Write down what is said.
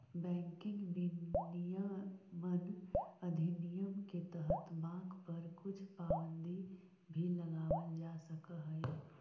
banking विनियमन अधिनियम के तहत बाँक पर कुछ पाबंदी भी लगावल जा सकऽ हइ